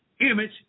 image